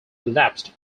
elapsed